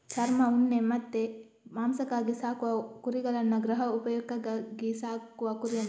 ಚರ್ಮ, ಉಣ್ಣೆ ಮತ್ತೆ ಮಾಂಸಕ್ಕಾಗಿ ಸಾಕುವ ಕುರಿಗಳನ್ನ ಗೃಹ ಉಪಯೋಗಕ್ಕಾಗಿ ಸಾಕುವ ಕುರಿ ಅಂತಾರೆ